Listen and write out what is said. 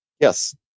Yes